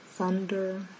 thunder